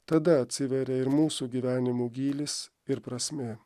tada atsiveria ir mūsų gyvenimų gylis ir prasmė